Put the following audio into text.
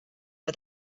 for